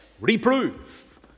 Reprove